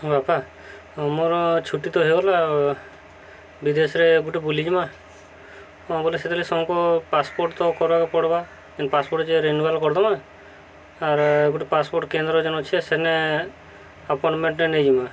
ହଁ ବାପା ମୋର ଛୁଟି ତ ହେଇଗଲା ବିଦେଶରେ ଗୁଟେ ବୁଲିଯିମା ହଁ ବୋଲେ ସେଥିରେ ସମସ୍ତଙ୍କୁ ପାସ୍ପୋର୍ଟ ତ କରିବାକେ ପଡ଼ବା ପାସ୍ପୋର୍ଟ ଯିମା ରିନ୍ୟୁଆଲ କରିଦେମା ଆର୍ ଗୋଟେ ପାସ୍ପୋର୍ଟ କେନ୍ଦ୍ର ଯେନ୍ ଅଛେ ସେନେ ଆପଏଣ୍ଟମେଣ୍ଟଟେ ନେଇଯିମା